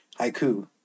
Haiku